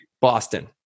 Boston